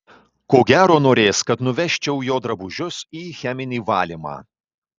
ko gero norės kad nuvežčiau jo drabužius į cheminį valymą